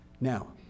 Now